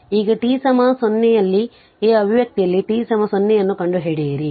ಈಗ t 0 ನಲ್ಲಿ ಈ ಅಭಿವ್ಯಕ್ತಿಯಲ್ಲಿ t 0 ಅನ್ನು ಕಂಡುಹಿಡಿಯಿರಿ